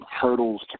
hurdles